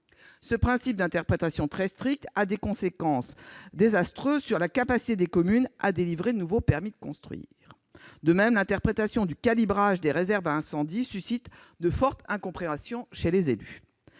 Ce principe d'interprétation très stricte a des conséquences désastreuses sur la capacité des communes à délivrer de nouveaux permis de construire. De même, l'interprétation du calibrage des réserves à incendie suscite de fortes incompréhensions chez les élus.